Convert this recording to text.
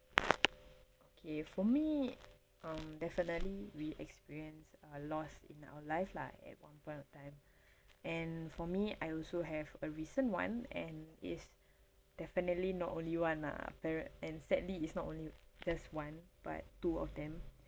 okay for me um definitely we experience a loss in our life lah at one point of time and for me I also have a recent [one] and it's definitely not only one lah parrot and sadly it's not only just one but two of them